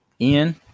Ian